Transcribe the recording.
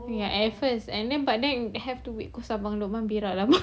ya at first and then but then have to wait cause abang lukman berak lama